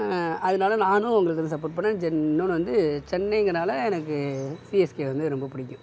அதனால் நானும் அவங்களுக்கு சப்போர்ட் வந்து பண்ணேன் தென் இன்னொன்று வந்து சென்னைங்குறனால எனக்கு சிஎஸ்கே வந்து ரொம்ப பிடிக்கும்